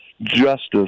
justice